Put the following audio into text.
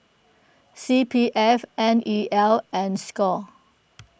C P F N E L and Score